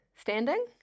standing